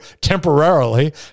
temporarily